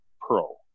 pro